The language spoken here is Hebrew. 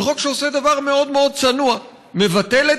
חוק שעושה דבר מאוד מאוד צנוע: מבטל את